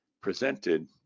presented